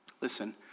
listen